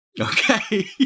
Okay